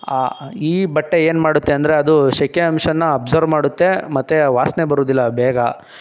ಈ ಬಟ್ಟೆ ಏನು ಮಾಡುತ್ತೆ ಅಂದರೆ ಅದು ಸೆಖೆ ಅಂಶನ ಅಬ್ಸರ್ವ್ ಮಾಡುತ್ತೆ ಮತ್ತು ವಾಸನೆ ಬರೋದಿಲ್ಲ ಬೇಗ